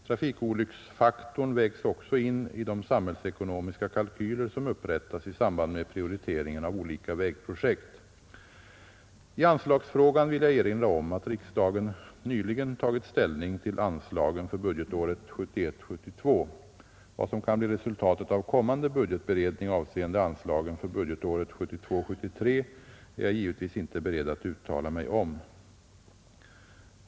Trafikolycksfaktorn vägs också in i de samhällsekonomiska kalkyler som upprättas i samband med prioriteringen av olika vägprojekt. I anslagsfrågan vill jag erinra om att riksdagen nyligen tagit ställning till anslagen för budgetåret 1971 73 är jag givetvis inte beredd att uttala mig om.